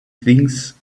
things